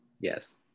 Yes